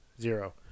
zero